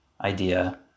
idea